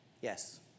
Yes